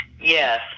Yes